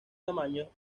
tamaño